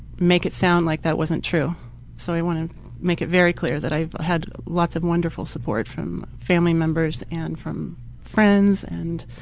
make it sound like that wasn't true so i want to make it very clear that i had lots of wonderful support from family members and from friends and